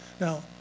Now